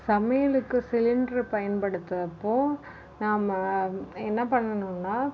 சமையலுக்கு சிலிண்ட்ரு பயன்படுத்தறப்போது நாம் என்ன பண்ணனும்னா